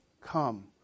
come